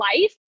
life